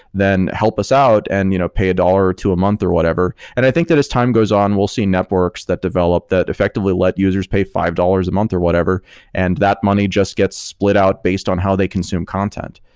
then help us out and you know pay a dollar or two a month or whatever, and i think that as time goes on we'll see networks that develop that effectively let users pay five dollars a month or whatever and that money just gets split out based on how they consume content.